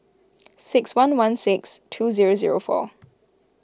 six one one six two zero zero four